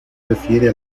refiere